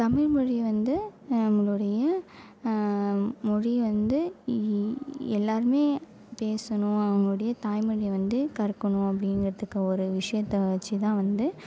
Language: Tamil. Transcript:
தமிழ் மொழியை வந்து நம்மளுடைய மொழியை வந்து எல்லாேருமே பேசணும் நம்மளுடைய தாய் மொழியை வந்து கற்கணும் அப்படிங்றதுக்கு ஒரு விஷயத்த வச்சு தான் வந்து